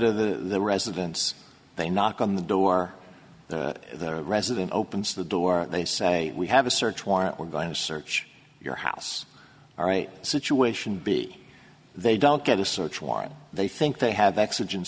go to the residence they knock on the door the resident opens the door they say we have a search warrant we're going to search your house all right situation b they don't get a search warrant they think they have ex